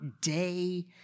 day